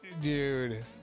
dude